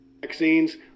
vaccines